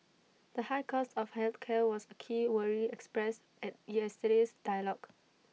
the high cost of health care was A key worry expressed at yesterday's dialogue